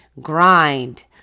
grind